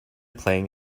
playing